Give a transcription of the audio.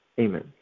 Amen